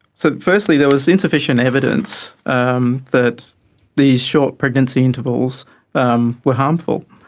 so firstly there was insufficient evidence um that these short pregnancy intervals um were harmful.